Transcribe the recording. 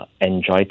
enjoy